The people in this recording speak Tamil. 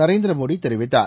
நரேந்திர மோடி தெரிவித்தார்